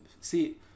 see